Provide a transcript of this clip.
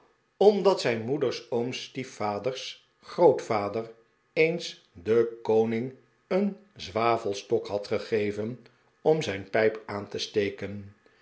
omdat zijn moeders ooms stiefvaders grootvader eens den koning e en zwavelstok had gegeven om zijn pijp aan te steken